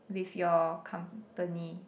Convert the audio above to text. with your company